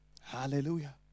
Hallelujah